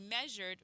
measured